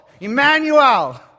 Emmanuel